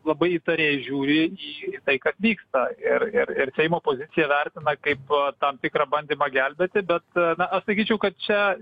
labai įtariai žiūri į tai kas vyksta ir ir ir seimo poziciją vertina kaip tam tikrą bandymą gelbėti bet na aš sakyčiau kad čia